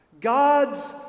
God's